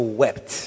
wept